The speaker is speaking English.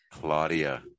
claudia